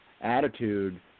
attitude